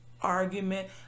argument